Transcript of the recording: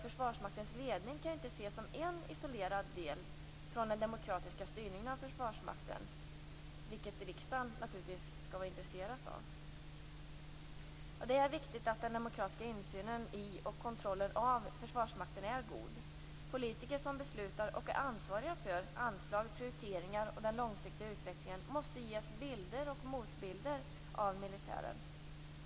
Försvarsmaktens ledning kan inte ses som en isolerad del från den demokratiska styrningen av Försvarsmakten, vilket riksdagen naturligtvis skall vara intresserad av. Det är viktigt att den demokratiska insynen i och kontrollen av Försvarsmakten är god. Politiker som beslutar om och är ansvariga för anslag, prioriteringar och den långsiktiga utvecklingen måste ges bilder och motbilder av militären.